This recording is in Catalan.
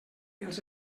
els